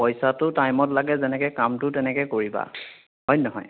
পইচাটো টাইমত লাগে যেনেকৈ কামটো তেনেকৈ কৰিবা হয় নহয়